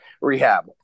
rehab